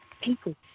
people